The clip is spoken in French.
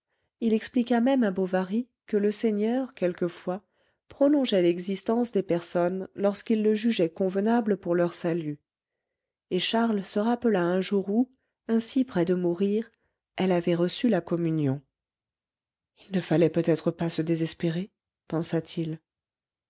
il expliqua même à bovary que le seigneur quelquefois prolongeait l'existence des personnes lorsqu'il le jugeait convenable pour leur salut et charles se rappela un jour où ainsi près de mourir elle avait reçu la communion il ne fallait peut-être pas se désespérer pensa-t-il